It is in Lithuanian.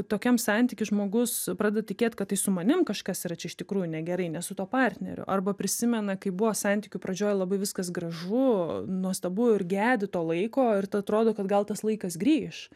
tokiam santyky žmogus pradeda tikėt kad tai su manim kažkas yra iš tikrųjų negerai ne su tuo partneriu arba prisimena kaip buvo santykių pradžioj labai viskas gražu nuostabu ir gedi to laiko ir tada atrodo kad gal tas laikas grįž